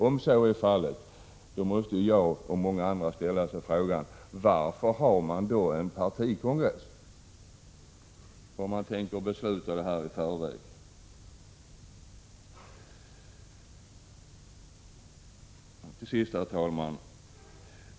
Om så är fallet måste jag och många andra ställa oss frågan: Varför har man en partikongress, om man tar besluten i förväg? Herr talman!